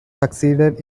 succeeded